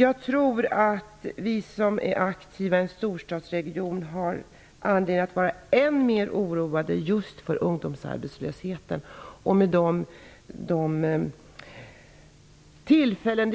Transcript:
Jag tror att vi som är aktiva i en storstadsregion har anledning att vara än mer oroade just för ungdomsarbetslösheten med tanke på de tillfällen